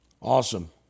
Awesome